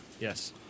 Yes